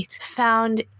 found